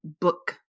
book